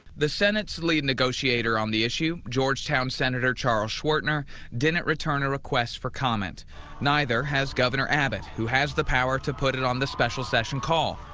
the senate's lead negotiator on the issue, georgetown senator charles schwertner didn't return a request for comment neither has governor abbott, who has the power to put it on the special session call,